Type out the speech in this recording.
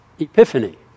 epiphany